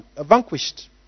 vanquished